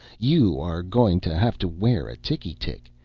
you are going to have to wear a ticky-tick.